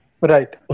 Right